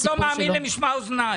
אני פשוט לא מאמין למשמע אוזניי.